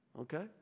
okay